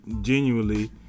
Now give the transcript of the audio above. genuinely